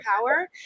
power